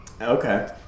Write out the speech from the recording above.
Okay